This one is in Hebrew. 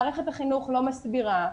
מערכת החינוך לא מסבירה,